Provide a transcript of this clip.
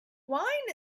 wine